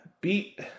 Beat